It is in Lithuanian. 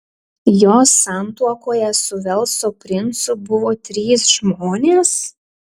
jos santuokoje su velso princu buvo trys žmonės